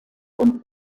und